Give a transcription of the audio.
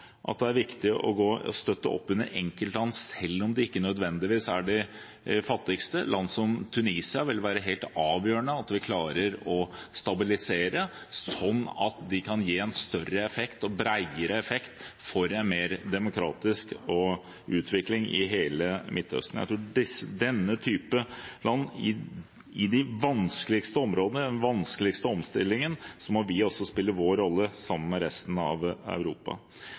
at det er viktig å støtte opp under enkeltland selv om de ikke nødvendigvis er de fattigste. Land som Tunisia vil det være helt avgjørende at vi klarer å stabilisere, slik at de kan gi en større og bredere effekt for en mer demokratisk utvikling i hele Midtøsten. Jeg tror at i denne type land i de vanskeligste områdene, den vanskeligste omstillingen, må vi også spille vår rolle, sammen med resten av Europa.